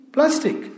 Plastic